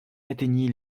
atteignit